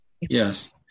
Yes